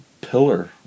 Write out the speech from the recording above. pillar